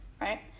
right